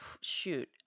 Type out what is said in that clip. shoot